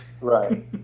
Right